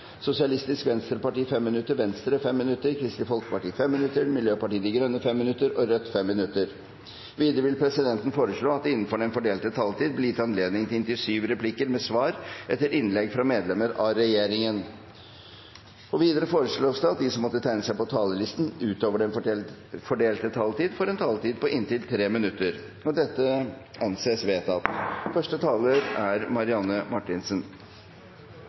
Sosialistisk Venstreparti 5 minutter, Venstre 5 minutter, Kristelig Folkeparti 5 minutter, Miljøpartiet De Grønne 5 minutter og Rødt 5 minutter. Videre vil presidenten foreslå at det – innenfor den fordelte taletid – blir gitt anledning til inntil sju replikker med svar etter innlegg fra medlemmer av regjeringen. Videre foreslås det at de som måtte tegne seg på talerlisten utover den fordelte taletid, får en taletid på inntil 3 minutter. – Det anses vedtatt.